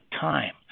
time